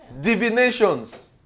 divinations